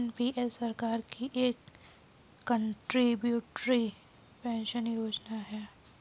NPS सरकार की एक कंट्रीब्यूटरी पेंशन योजना है